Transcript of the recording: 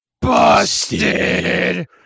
Busted